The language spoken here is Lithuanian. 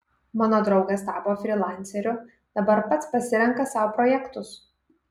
mano draugas tapo frylanceriu dabar pats pasirenka sau projektus